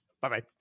Bye-bye